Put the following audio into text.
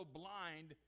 blind